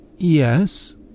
Yes